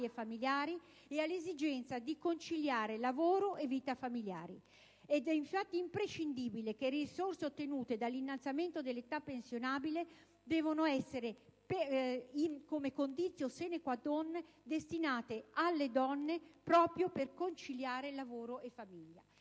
e familiari e all'esigenza di conciliare lavoro e vita familiare. È infatti imprescindibile che le risorse ottenute dall'innalzamento dell'età pensionabile devono essere, come *conditio sine qua non*, destinate alle donne proprio per conciliare lavoro e famiglia.